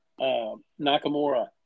Nakamura